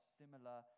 similar